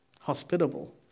hospitable